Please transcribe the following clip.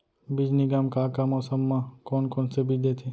बीज निगम का का मौसम मा, कौन कौन से बीज देथे?